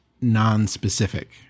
non-specific